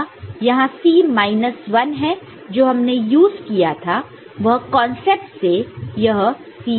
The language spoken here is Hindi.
यहां C माइनस 1 है जो हमने यूज़ किया था वह कान्सेप्ट से यह C1 बनेगा